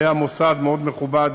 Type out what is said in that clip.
היה מוסד מאוד מכובד